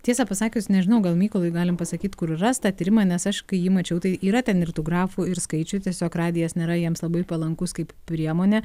tiesa pasakius nežinau gal mykolui galim pasakyt kur rast tą tyrimą nes aš kai jį mačiau tai yra ten ir tų grafų ir skaičių tiesiog radijas nėra jiems labai palankus kaip priemonė